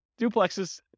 duplexes